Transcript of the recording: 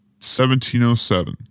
1707